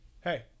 Hey